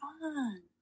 fun